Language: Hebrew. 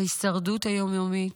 ההישרדות היום-יומית,